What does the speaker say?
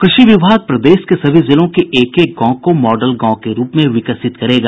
कृषि विभाग प्रदेश के सभी जिलों के एक एक गांव को मॉडल गांव में रूप में विकसित करेगा